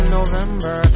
November